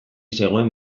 zegoen